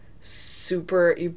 Super